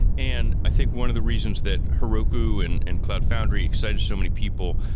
and i think one of the reasons that heroku and and cloud foundry excited so many people,